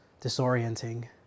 disorienting